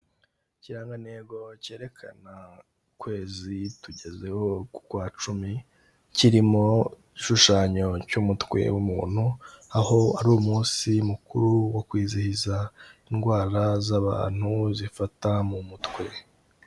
Ikirangantego cyerekana ukwezi tugezeho ku kwa Cumi kirimo igishushanyo cy'umutwe w'umuntu, aho ari umunsi mukuru wo kwizihiza indwara z'abantu zifata mu mutwe.